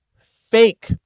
fake